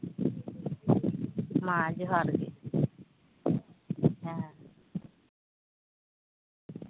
ᱢᱟ ᱡᱚᱦᱟᱨ ᱜᱮ ᱦᱮᱸ